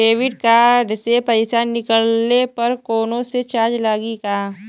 Debit card से पैसा निकलले पर कौनो चार्ज लागि का?